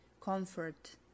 comfort